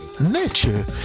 nature